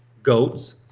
goats,